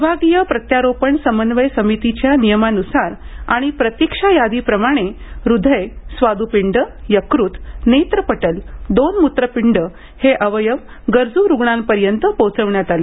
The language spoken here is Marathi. विभागीय प्रत्यारोपण समन्वय समितीच्या नियमानुसार आणि प्रतीक्षा यादीप्रमाणे हृदय स्वादुपिंड यकृत नेत्रपटल दोन मूत्रपिंड हे अवयव गरजू रुग्णांपर्यंत पोचविण्यात आले